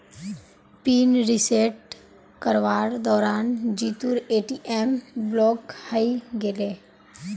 pin reset करवार दौरान जीतूर ए.टी.एम ब्लॉक हइ गेले